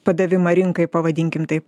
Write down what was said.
padavimą rinkai pavadinkim taip